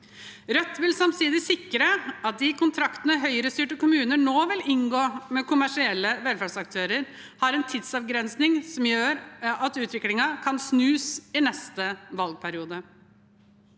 Rødt vil samtidig sikre at de kon traktene Høyre-styrte kommuner nå vil inngå med kommersielle velferdsaktører, har en tidsavgrensning som gjør at utviklingen kan snus i neste valgperiode.